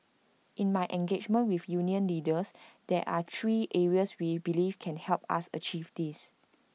in my engagement with union leaders there are three areas we believe can help us achieve this